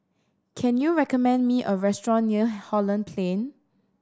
can you recommend me a restaurant near Holland Plain